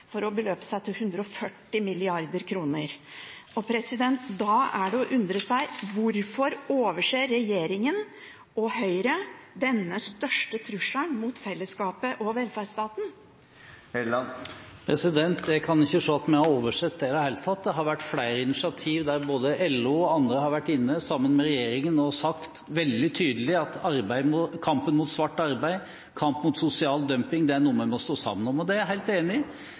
Skatt øst beløper seg til 140 mrd. kr. Da er det å undre seg: Hvorfor overser regjeringen og Høyre denne største trusselen mot fellesskapet og velferdsstaten? Jeg kan ikke se at vi har oversett det i det hele tatt. Det har vært flere initiativ der både LO og andre har vært inne sammen med regjeringen og sagt veldig tydelig at kampen mot svart arbeid og kampen mot sosial dumping er noe vi må stå sammen om, og det er jeg helt enig